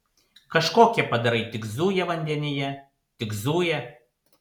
kažkokie padarai tik zuja vandenyje tik zuja